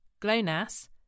GLONASS